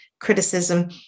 criticism